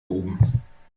oben